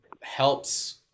helps